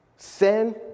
Sin